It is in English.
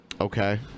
Okay